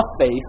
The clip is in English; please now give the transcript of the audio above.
faith